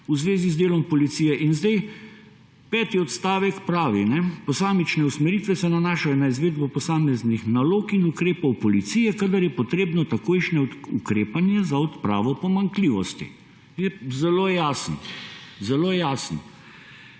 v zvezi z delom policije, peti odstavek pravi, »posamične usmeritve se nanašajo na izvedbo posameznih nalog in ukrepov policije, kadar je potrebno takojšnje ukrepanje za odpravo pomanjkljivosti«. Je zelo jasen.